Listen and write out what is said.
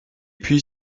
puis